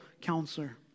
counselor